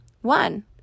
one